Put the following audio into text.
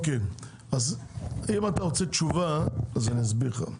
אם אתה מבקש תשובה, אני אסביר לך,